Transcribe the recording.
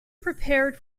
prepared